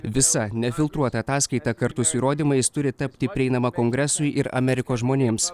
visa nefiltruota ataskaita kartu su įrodymais turi tapti prieinama kongresui ir amerikos žmonėms